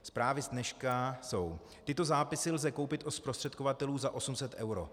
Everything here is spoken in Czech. Zprávy z dneška jsou: Tyto zápisy lze koupit od zprostředkovatelů za 800 eur.